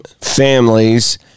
families